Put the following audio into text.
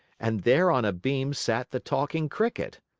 and there on a beam sat the talking cricket.